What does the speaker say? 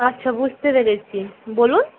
আচ্ছা বুঝতে পেরেছি বলুন